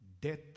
death